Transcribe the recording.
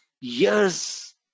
years